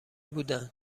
بودن